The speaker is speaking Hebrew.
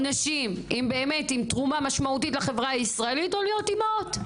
או נשים עם תרומה משמעותית לחברה הישראלית או להיות אימהות.